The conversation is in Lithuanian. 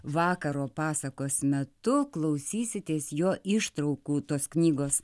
vakaro pasakos metu klausysitės jo ištraukų tos knygos